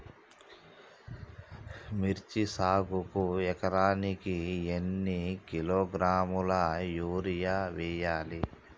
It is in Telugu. మిర్చి సాగుకు ఎకరానికి ఎన్ని కిలోగ్రాముల యూరియా వేయాలి?